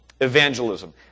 evangelism